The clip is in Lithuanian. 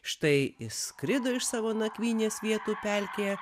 štai išskrido iš savo nakvynės vietų pelkėje